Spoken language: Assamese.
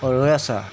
ৰৈ আছা